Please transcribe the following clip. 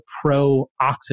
pro-oxidant